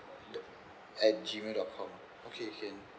do~ at gmail dot com okay can